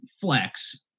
Flex